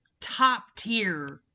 top-tier